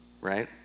right